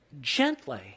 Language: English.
gently